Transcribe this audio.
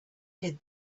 hid